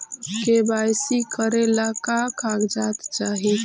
KYC करे ला का का कागजात चाही?